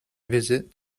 visit